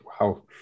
Wow